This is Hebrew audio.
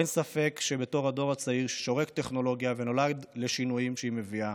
אין ספק שבתור הדור הצעיר ששורק טכנולוגיה ונולד לשינויים שהיא מביאה